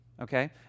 Okay